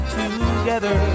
together